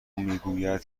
میگوید